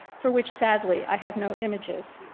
for which sadly i have no images.